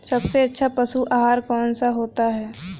सबसे अच्छा पशु आहार कौन सा होता है?